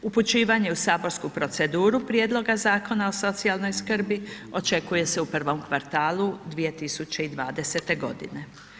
Upućivanje u saborsku proceduru prijedlog Zakona o socijalnoj skrbi očekuje se u prvom kvartalu 2020. godine.